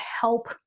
help